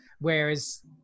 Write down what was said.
whereas